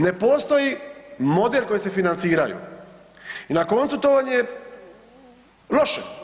Ne postoji model kojim se financiraju i na koncu to vam je loše.